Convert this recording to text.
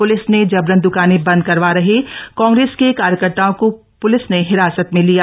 police ने जबरन द्कानें बंद करवा रहे कांग्रेस के कार्यकर्ताओं को पुलिस ने हिरासत में लिया